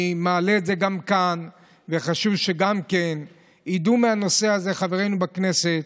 ואני מעלה את זה גם כאן וחשוב שידעו מהנושא הזה חברינו בכנסת,